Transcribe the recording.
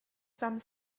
some